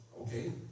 Okay